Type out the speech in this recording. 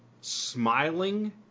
smiling